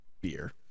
beer